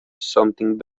something